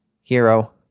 Hero